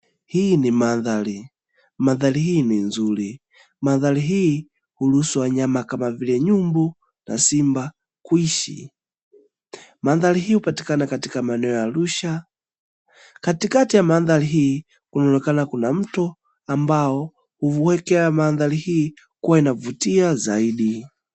Hii ni mandhari, mandhari hii ni nzuri, mandhari hii huruhusu wanyama kama vile nyumbu na simba kuishi, mandhari hii hupatikana katika maeneo ya Arusha, katikati ya mandhari hii kunaonekana kuna mto, ambao huuweka mandhari hii kuwa inavutia zaidi.